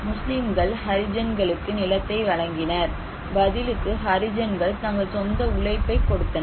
முஸ்லிம்கள் ஹரிஜன்களுக்கு நிலத்தை வழங்கினர் பதிலுக்கு ஹரிஜன்கள் தங்கள் சொந்த உழைப்பைக் கொடுத்தனர்